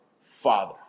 father